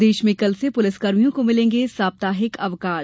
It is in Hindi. प्रदेश में कल से पुलिसकर्मियों को मिलेंगे साप्ताहिक अवकाश